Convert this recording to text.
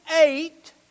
eight